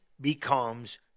becomes